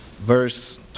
verse